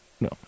No